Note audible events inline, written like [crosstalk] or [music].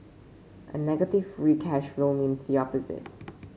a negative free cash flow means the opposite [noise]